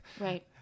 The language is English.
Right